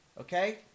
okay